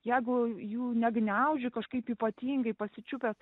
jeigu jų negniauži kažkaip ypatingai pasičiupęs